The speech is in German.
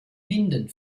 minden